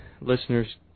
listeners